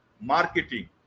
marketing